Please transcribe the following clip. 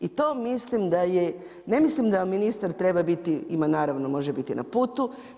I to mislim da je, ne mislim da ministar treba biti, ima naravno, može biti na putu.